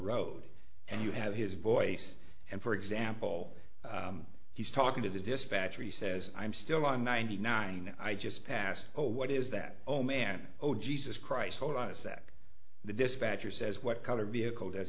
road and you have his voice and for example he's talking to the dispatcher he says i'm still i'm ninety nine i just passed oh what is that oh man oh jesus christ told us that the dispatcher says what color vehicle does